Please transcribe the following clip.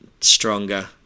stronger